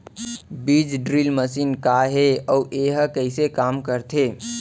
बीज drill machine का हे अऊ एहा कइसे काम करथे?